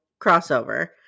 crossover